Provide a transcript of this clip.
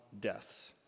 deaths